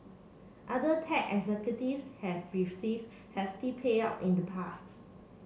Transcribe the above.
other tech executives have received hefty payout in the pasts